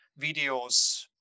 videos